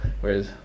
whereas